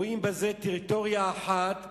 ורואים בזה טריטוריה אחת,